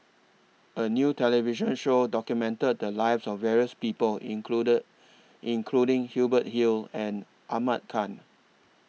A New television Show documented The Lives of various People incleded including Hubert Hill and Ahmad Khan